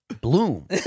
Bloom